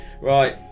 Right